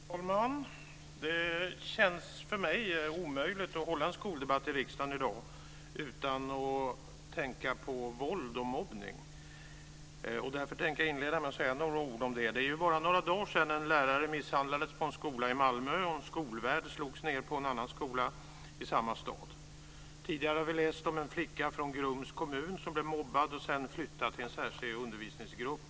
Fru talman! Det känns för mig omöjligt att föra en skoldebatt i riksdagen i dag utan att tänka på våld och mobbning. Därför tänker jag inleda med att säga några ord om det. Det är bara några dagar sedan som en lärare misshandlades på en skola i Malmö och en skolvärd slogs ned på en annan skola i samma stad. Tidigare har vi läst om en flicka från Grums kommun som blev mobbad och sedan flyttad till en särskild undervisningsgrupp.